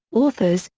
authors,